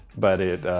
but it,